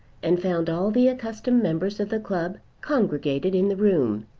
and found all the accustomed members of the club congregated in the room.